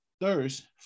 thirst